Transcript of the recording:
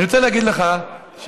אני רוצה להגיד לך שבזמנו,